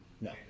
No